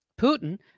Putin